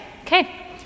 okay